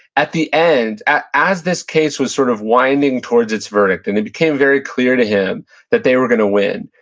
at the end, as this case was sort of winding towards its verdict, and it became very clear to him that they were going to win,